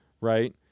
right